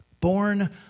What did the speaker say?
Born